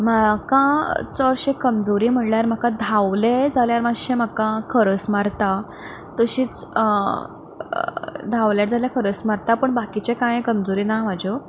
म्हाका चडशे कमजोरी म्हणल्यार म्हाका धांवलें जाल्यार मातशी म्हाका खरस मारता तशींच धांवलें जाल्यार खरज मारता पूण बाकीच्यो कांय कमजोरी ना म्हज्यो